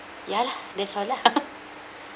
ya lah that's all lah